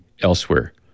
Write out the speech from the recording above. elsewhere